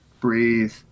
breathe